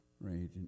right